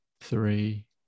three